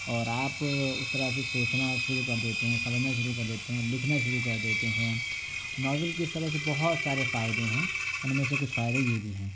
اور آپ اس طرح سے سوچنا شروع کر دیتے ہیں سمجھنا شروع کر دیتے ہیں لکھنا شروع کر دیتے ہیں ناول کے اس طرح سے بہت سارے فائدے ہیں ان میں سے کچھ فائدے یہ بھی ہیں